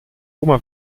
oma